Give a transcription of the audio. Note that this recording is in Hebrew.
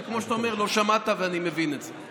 וכמו שאתה אומר, לא שמעת, ואני מבין את זה.